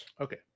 Okay